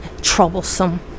troublesome